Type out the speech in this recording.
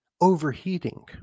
overheating